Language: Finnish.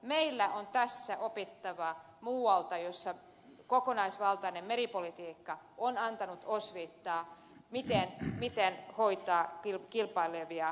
meillä on tässä opittavaa muualta missä kokonaisvaltainen meripolitiikka on antanut osviittaa miten hoitaa kilpailevia tavoitteita